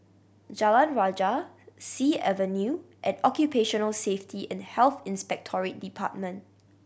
Jalan Rajah Sea Avenue and Occupational Safety and Health Inspectorate Department